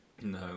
No